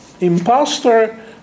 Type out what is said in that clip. imposter